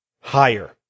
higher